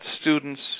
students